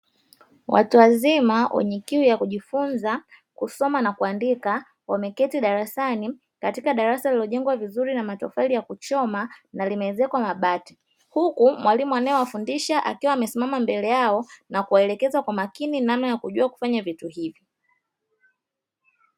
Watu wazima wenye kiu ya kujifunza, kusoma na kuandika, wameketi darasani katika darasa lililojengwa vizuri na matofali ya kuchoma na limeezekwa mabati. Huku mwalimu anayewafundisha akiwa amesimama mbele yao na kuwaelekeza kwa makini namna ya kujua kufanya vitu hivyo.